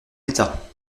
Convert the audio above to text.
état